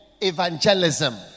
evangelism